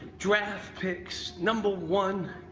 draft picks, number one,